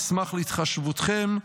אשמח להתחשבותכם.